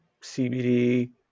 CBD